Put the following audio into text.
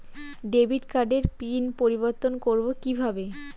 Debit কার্ডের pin পরিবর্তন করবো কীভাবে?